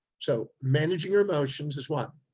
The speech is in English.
so managing your emotions is one,